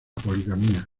poligamia